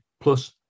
plus